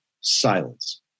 silence